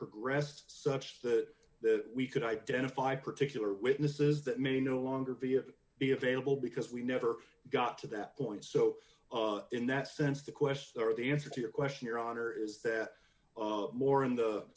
progressed such that that d we could identify particular witnesses that may no longer via be available because we never got to that point so in that sense the question or the answer to your question your honor is that more in the